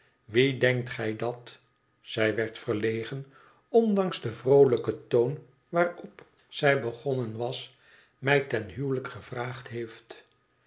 wie denkt gij dat zij werd verlegen ondanks den vroolijken toon waarop zij begonnen was mij ten huwelijk gevraagd heeft